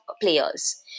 players